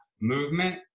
movement